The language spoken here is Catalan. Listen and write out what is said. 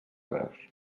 veus